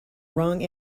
wrong